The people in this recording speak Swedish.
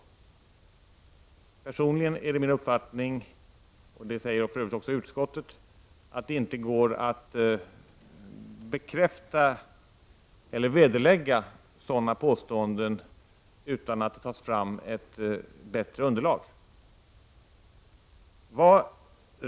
Min personliga uppfattning, detsamma säger för övrigt utskottet, är att det inte går att bekräfta eller vederlägga sådana påståenden utan att det tas fram ett bättre underlag.